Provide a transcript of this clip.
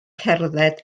cerdded